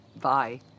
Bye